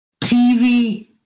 TV